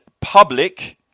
public